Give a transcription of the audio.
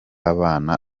abana